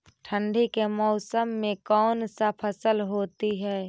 ठंडी के मौसम में कौन सा फसल होती है?